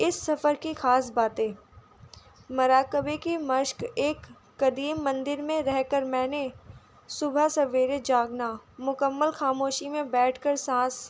اس سفر کی خاص باتیں مراقبے کی مشق ایک قدیم مندر میں رہ کر میں نے صبح سویرے جاگنا مکمل خاموشی میں بیٹھ کر سانس